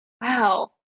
Wow